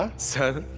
ah sir.